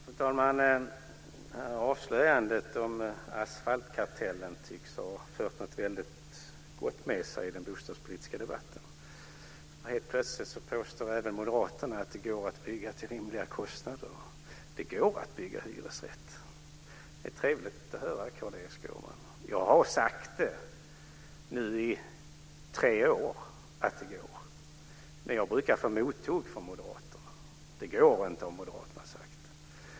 Fru talman! Avslöjandet om asfaltkartellen tycks ha fört något väldigt gott med sig i den bostadspolitiska debatten. Helt plötsligt påstår även Moderaterna att det går att bygga till rimliga kostnader. Det går att bygga hyresrätter. Det är trevligt att höra det från Carl-Erik Skårman. Jag har sagt det nu i tre år att det går, men jag brukar få mothugg från Moderaterna. Det går inte, har Moderaterna sagt.